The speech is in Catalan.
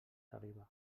saliva